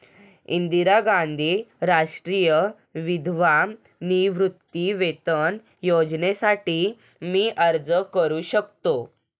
इंदिरा गांधी राष्ट्रीय विधवा निवृत्तीवेतन योजनेसाठी मी अर्ज करू शकतो?